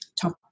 top